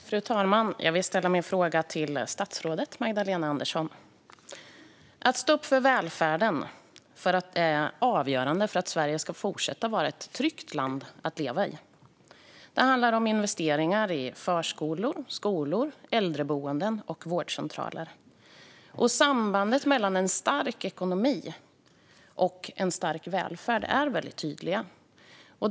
Fru talman! Jag vill ställa min fråga till statsrådet Magdalena Andersson. Att stå upp för välfärden är avgörande för att Sverige ska fortsätta att vara ett tryggt land att leva i. Det handlar om investeringar i förskolor, skolor, äldreboenden och vårdcentraler. Sambandet mellan en stark ekonomi och en stark välfärd är väldigt tydligt.